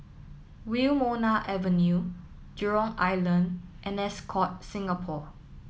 Wilmonar Avenue Jurong Island and Ascott Singapore